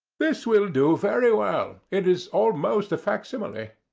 this will do very well. it is almost a facsimile.